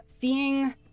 seeing